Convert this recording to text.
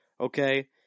okay